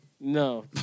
No